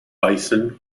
bison